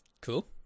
Cool